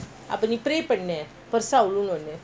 அப்பநீப்ரேபண்ணுபெருசாவிழுகணும்னு:appa nee pray pannu perusha vilukanumnu